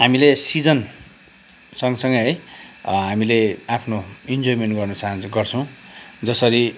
हामीले सिजन सँगसँगै है हामीले आफ्नो इन्जोयमेन्ट गर्नु चाहन्छौँ गर्छौँ जसरी